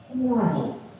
horrible